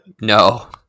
No